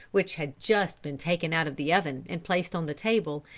which had just been taken out of the oven and placed on the table,